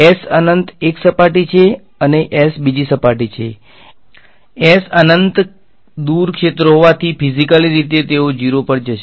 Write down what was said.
S અનંત એક સપાટી છે અને S બીજી સપાટી છે S અનંત અનંત દૂર ક્ષેત્રો હોવાથી શારીરિક રીતે તેઓ શુન્ય પર જશે